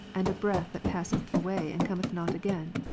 and a breath that passeth away and cometh not again?